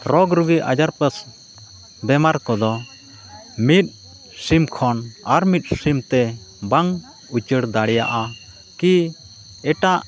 ᱨᱳᱜᱽ ᱨᱩᱜᱤ ᱟᱡᱟᱨ ᱵᱤᱢᱟᱨ ᱠᱚᱫᱚ ᱢᱤᱫ ᱥᱤᱢ ᱠᱷᱚᱱ ᱟᱨ ᱢᱤᱫ ᱥᱤᱢ ᱛᱮ ᱵᱟᱝ ᱩᱪᱟᱹᱲ ᱫᱟᱲᱮᱭᱟᱜᱼᱟ ᱠᱤ ᱮᱴᱟᱜ